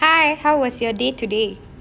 hi how was your day today